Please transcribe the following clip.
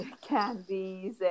candies